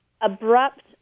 abrupt